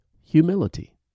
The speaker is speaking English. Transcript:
humility